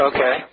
Okay